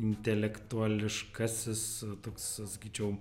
intelektuališkasis toks sakyčiau